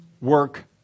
work